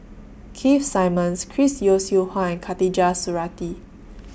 Keith Simmons Chris Yeo Siew Hua and Khatijah Surattee